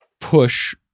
push